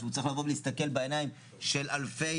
הוא צריך לבוא ולהסתכל בעיניים של אלפי